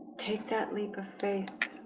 take that leap of faith